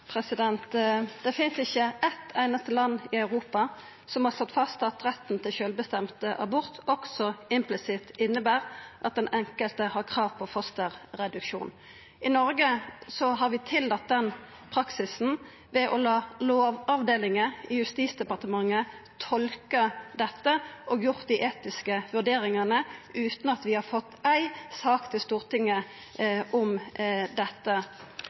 Det finst ikkje eitt einaste land i Europa som har slått fast at retten til sjølvbestemt abort implisitt inneber at den enkelte har krav på fosterreduksjon. I Noreg har vi tillate den praksisen ved å la Lovavdelinga i Justisdepartementet tolka dette og gjera dei etiske vurderingane utan at vi har fått ei sak til Stortinget om dette.